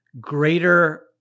greater